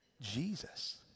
Jesus